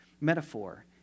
metaphor